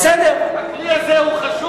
אבל הכלי הזה חשוב.